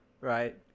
right